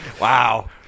Wow